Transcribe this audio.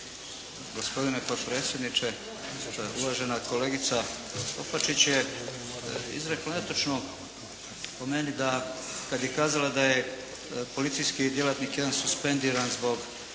Gospodine potpredsjedniče, uvažena kolegica Opačić je izrekla netočno po meni da kad je kazala da je policijski djelatnik jedan suspendiran zbog